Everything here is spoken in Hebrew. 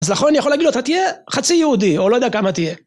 אז נכון אני יכול להגיד לו, אתה תהיה חצי יהודי, או לא יודע כמה תהיה.